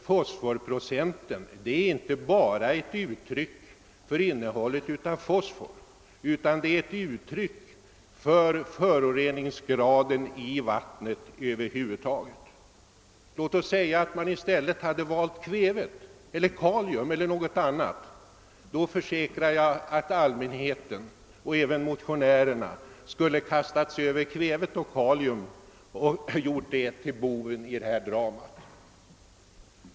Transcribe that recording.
Fosforprocenten är inte bara ett uttryck för innehållet av fosfor utan också för vattnets föroreningsgrad över huvud taget. Låt oss säga att man i stället hade valt kväve, kalium eller något annat ämne. Jag försäkrar att allmänhet och motionärer då skulle ha kastat sig över kväve och kalium och gjort dessa ämnen till bovar i dramat. ..